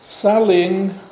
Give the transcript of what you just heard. selling